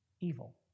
evil